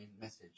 message